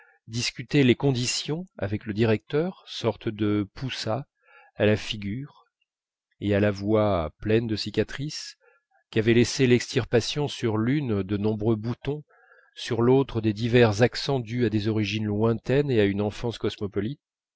discutait les conditions avec le directeur sorte de poussah à la figure et à la voix pleines de cicatrices qu'avait laissées l'extirpation sur l'une de nombreux boutons sur l'autre des divers accents dus à des origines lointaines et à une enfance